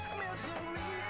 misery